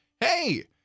hey